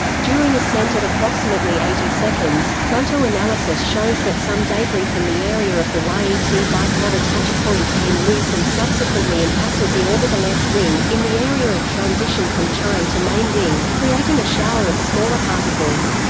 during ascent at approximately eighty seconds, photo analysis shows that some debris from the area of the y et bipod attach point came loose and subsequently impacted the orbiter left wing, in the area of transition from chine to main wing, creating a shower of smaller particles.